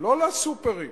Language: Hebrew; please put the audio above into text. לא לסוּפרים,